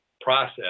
process